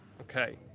Okay